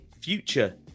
future